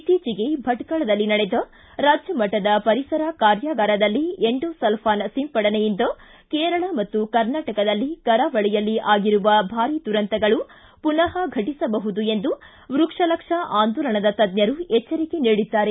ಇತ್ತೀಚೆಗೆ ಭಟ್ಕಳದಲ್ಲಿ ನಡೆದ ರಾಜ್ಯಮಟ್ಟದ ಪರಿಸರ ಕಾರ್ಯಾಗಾರದಲ್ಲಿ ಎಂಡೋಸಲ್ಫಾನ್ ಸಿಂಪಡಣೆಯಿಂದ ಕೇರಳ ಮತ್ತು ಕರ್ನಾಟಕದ ಕರಾವಳಿಯಲ್ಲಿ ಆಗಿರುವ ಭಾರೀ ದುರಂತಗಳು ಮನಃ ಘಟಿಸಬಹುದು ಎಂದು ವ್ಯಕ್ಷಲಕ್ಷ ಆಂದೋಲನದ ತಜ್ಜರು ಎಚ್ಚರಿಕೆ ನೀಡಿದ್ದಾರೆ